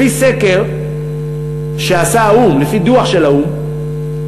לפי סקר שעשה האו"ם, לפי דוח של האו"ם מ-2009,